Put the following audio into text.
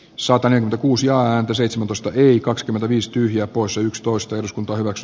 sopanen kuusi ääntä seitsemäntoista yli kakskymmentäviis tyhjä poissa yksitoista turks